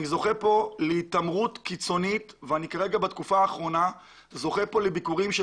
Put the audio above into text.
אני זוכה להתעמרות קיצונית ובתקופה האחרונה אני זוכה לביקורים של